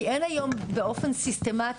כי אין היום באופן סיסטמתי,